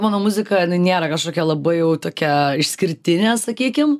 mano muzika jinai nėra kažkokia labai jau tokia išskirtinė sakykim